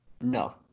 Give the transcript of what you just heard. No